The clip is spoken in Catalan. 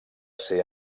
ser